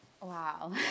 Wow